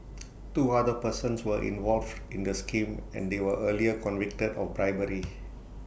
two other persons were involved in the scheme and they were earlier convicted of bribery